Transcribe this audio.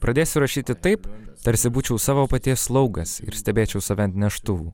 pradėsiu rašyti taip tarsi būčiau savo paties slaugas ir stebėčiau save ant neštuvų